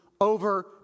over